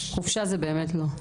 חופשה זה באמת לא.